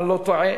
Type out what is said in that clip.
אם אני לא טועה,